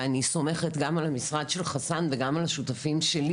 ואני סומכת גם על המשרד של חסאן וגם על השותפים שלי,